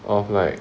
of like